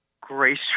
Grace